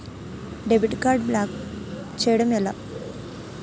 Debit card block చేయటం ఎలా?